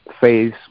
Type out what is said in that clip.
phase